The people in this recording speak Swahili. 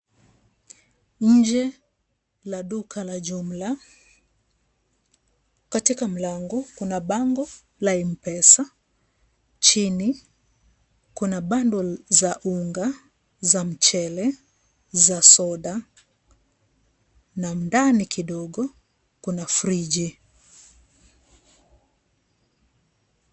Nje ya duka la jumla kuna bango la mpesa chini kuna bandle za unga na mchele za soda na ndani kidogo kuna friji.